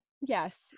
Yes